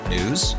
News